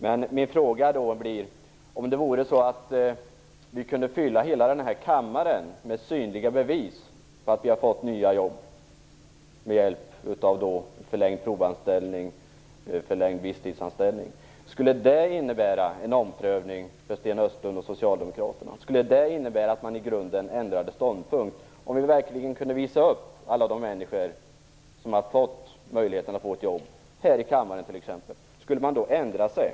Min första fråga blir: Om vi kunde fylla hela denna kammare med synliga bevis för att det har uppstått nya jobb med hjälp av förlängd provanställning och förlängd visstidsanställning, skulle det föranleda en omprövning från Sten Östlund och socialdemokraterna, så att man i grunden ändrade ståndpunkt? Om vi alltså verkligen kunde här i kammaren visa upp alla de människor som har fått möjlighet till nya jobb, skulle man då ändra sig?